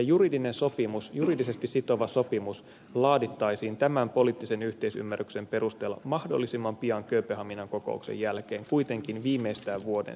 juridinen sopimus juridisesti sitova sopimus laadittaisiin tämän poliittisen yhteisymmärryksen perusteella mahdollisimman pian kööpenhaminan kokouksen jälkeen kuitenkin viimeistään vuoden sisällä